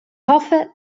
hoffe